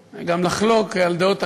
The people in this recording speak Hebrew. וגם לחלוק על דעות אחרים,